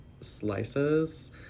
slices